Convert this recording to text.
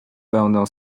będę